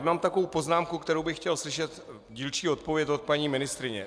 Mám takovou poznámku, na kterou bych chtěl slyšet dílčí odpověď od paní ministryně.